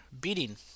beating